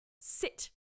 sit